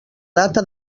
data